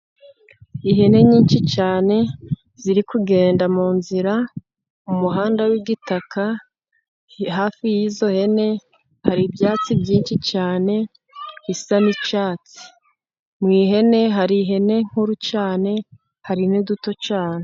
Ihene nyinshi cyane ziri kugenda mu nzira mu muhanda w'igitaka, hafi y'izo hene hari ibyatsi byinshi cyane bisa n'icyatsi. Mu ihene hari ihene nkuru cyane, hari n'uduto cyane.